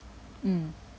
mm